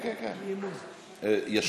בוא בינתיים, רק נמשיך בדיון.